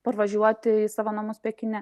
parvažiuoti į savo namus pekine